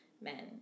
men